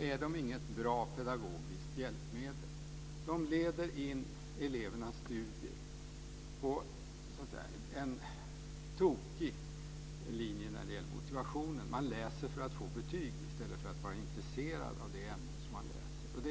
är betyg inget bra pedagogiskt hjälpmedel. De leder in elevernas studier på en tokig linje när det gäller motivationen. Man läser för att få betyg i stället för att vara intresserad av det ämne man läser.